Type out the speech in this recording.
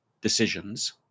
decisions